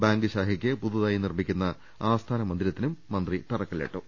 bank ശാഖയ്ക്ക് പുതു തായി നിർമിക്കുന്ന ആസ്ഥാന മന്ദിരത്തിനും മന്ത്രി തറക്കല്ലിട്ടു